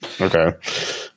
Okay